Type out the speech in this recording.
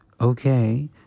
okay